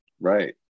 right